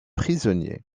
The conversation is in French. prisonnier